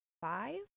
five